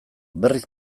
berriz